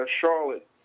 Charlotte